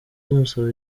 tumusaba